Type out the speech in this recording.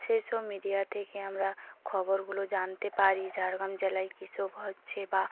সেসব মিডিয়া থেকে আমরা খবরগুলো জানতে পারি ঝাড়গ্রাম জেলায় কী সব হচ্ছে বা